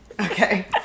Okay